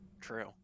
True